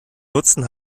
nutzen